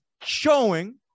showing